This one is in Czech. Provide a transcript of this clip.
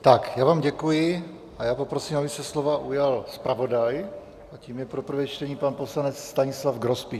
Tak já vám děkuji a poprosím, aby se slova ujal zpravodaj, a tím je pro prvé čtení pan poslanec Stanislav Grospič.